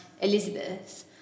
Elizabeth